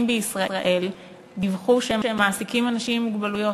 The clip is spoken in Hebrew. בישראל דיווחו שהם מעסיקים אנשים עם מוגבלויות?